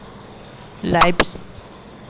Livestock insurance scheme কি?